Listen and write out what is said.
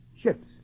Ships